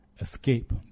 Escape